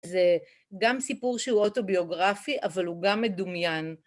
זה גם סיפור שהוא אוטוביוגרפי, אבל הוא גם מדומיין.